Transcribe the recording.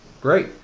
Great